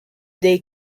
day